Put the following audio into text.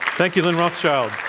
thank you, lynn ah so